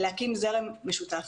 להקים זרם משותף.